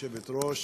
היושבת-ראש,